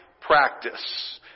practice